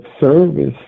service